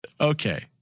Okay